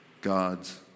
God's